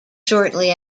shortly